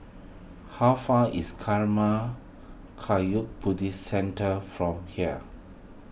how far is Karma Kagyud Buddhist Centre from here